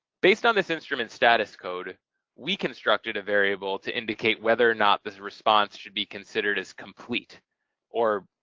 based on this instrument status code we constructed a variable to indicate whether or not this response should be considered as complete or